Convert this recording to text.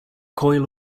coil